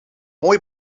mooi